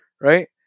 right